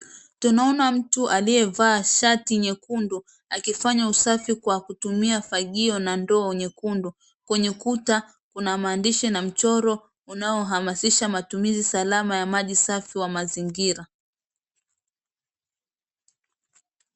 Tunaona mtu aliyevaa shati nyekundu akifanya usafi kwa kutumia fagio na ndoo nyekundu. Kwenye kuta kuna maandishi na mchoro unaohamasisha matumizi salama ya maji safi wa mazingira